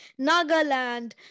Nagaland